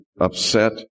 upset